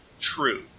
true